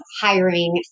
hiring